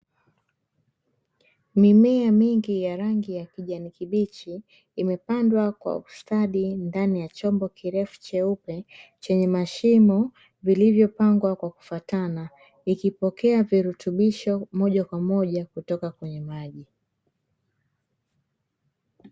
Mimea mingi ya rangi ya kijani kibichi, imepandwa kwa ustadi ndani ya chombo kirefu cheupe, chenye mashimo vilivyopangwa kwa kufatana, ikipokea virutubisho moja kwa moja kutoka kwenye maji.